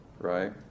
right